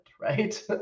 right